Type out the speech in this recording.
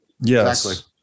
Yes